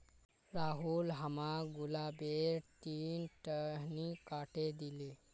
राहुल हमाक गुलाबेर तीन टहनी काटे दिले